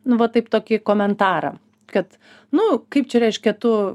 nu va taip tokį komentarą kad nu kaip čia reiškia tu